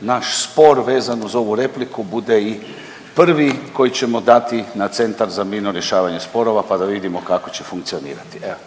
naš spor vezan uz ovu repliku bude i prvi koji ćemo dati na Centar za mirno rješavanje sporova pa da vidimo kako će funkcionirati. Evo